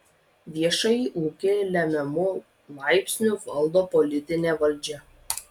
viešąjį ūkį lemiamu laipsniu valdo politinė valdžia